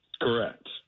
Correct